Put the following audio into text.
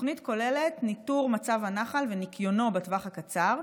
התוכנית כוללת ניטור מצב הנחל וניקיונו בטווח הקצר,